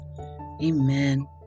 Amen